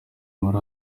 muri